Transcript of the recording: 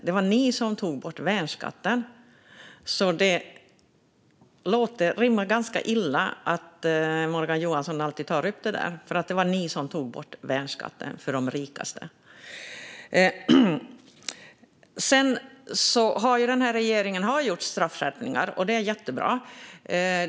Det rimmar därför ganska illa att Morgan Johansson alltid tar upp skattesänkningar. Regeringen har gjort straffskärpningar, vilket är jättebra.